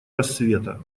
рассвета